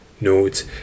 Note